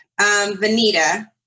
Vanita